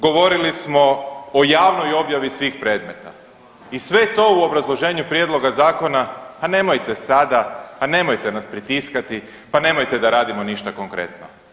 Govorili smo o javnoj objavi svih predmeta i sve to u obrazloženju prijedloga zakona a nemojte sada, pa nemojte nas pritiskati, pa nemojte da radimo ništa konkretno.